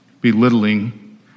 belittling